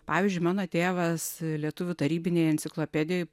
pavyzdžiui mano tėvas lietuvių tarybinėj enciklopedijoj